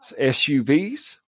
SUVs